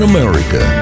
America